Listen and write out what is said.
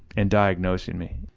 and diagnosing me.